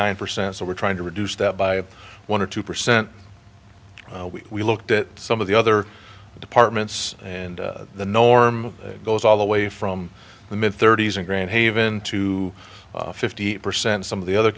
nine percent so we're trying to reduce that by one or two percent we looked at some of the other departments and the norm goes all the way from the mid thirty's in grand haven to fifty percent some of the other